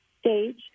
stage